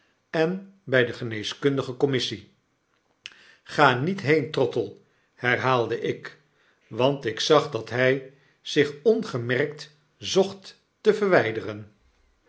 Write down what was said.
en by de ge neeskundige commissie b ga niet heen trottle herhaalde ik want ik zag dat hjj zich ongemerkt zocht te verwyderen